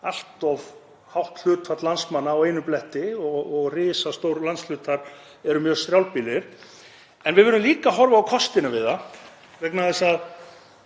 allt of hátt hlutfall landsmanna á einum bletti og risastórir landshlutar eru mjög strjálbýlir. En við verðum líka að horfa á kostina við það vegna þess að